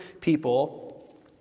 people